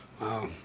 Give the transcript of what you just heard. wow